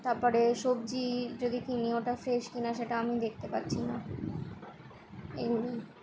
তারপরে সবজি যদি কিনি ওটা ফ্রেশ কিনা সেটা আমি দেখতে পাচ্ছি না এগুলিই